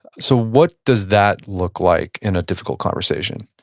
so what does that look like in a difficult conversation?